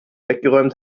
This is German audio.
weggeräumt